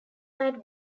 night